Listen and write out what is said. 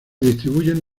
distribuyen